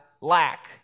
lack